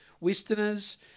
Westerners